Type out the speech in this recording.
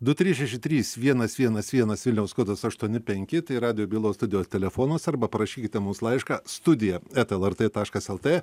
du trys šeši trys vienas vienas vienas vilniaus kodas aštuoni penki tai radijo bylos studijos telefonas arba parašykite mums laišką studija eta lrt taškas lt